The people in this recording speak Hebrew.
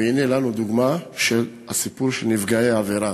והנה לנו דוגמה של הסיפור של נפגעי עבירה.